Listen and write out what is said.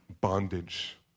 bondage